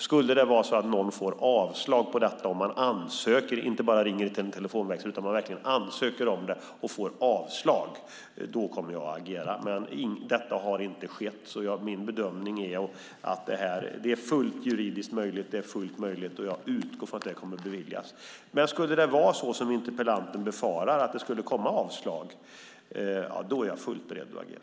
Skulle någon få avslag om man verkligen ansöker om detta och inte bara ringer till en telefonväxel kommer jag att agera, men detta har inte skett. Det är min bedömning att detta är fullt juridiskt möjligt, och jag utgår ifrån att det kommer att beviljas. Men skulle det vara så som interpellanten befarar, att det skulle komma avslag, är jag fullt beredd att agera.